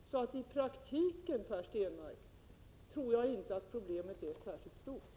Så i praktiken, Per Stenmarck, tror jag inte att problemet är särskilt stort.